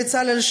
בצלאל,